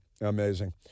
amazing